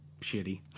shitty